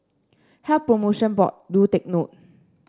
Health Promotion Board do take note